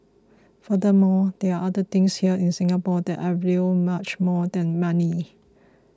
furthermore there are other things here in Singapore that I value much more than money